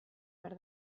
behar